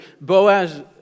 Boaz